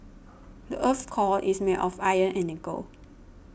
the earth's core is made of iron and nickel